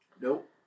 Nope